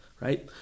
right